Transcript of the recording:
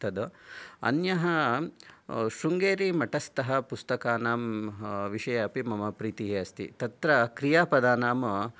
तद् अन्यः शृङ्गेरिमठस्थः पुस्तकानां विषये अपि मम प्रीतिः अस्ति तत्र क्रियापदानां